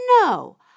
No